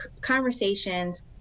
conversations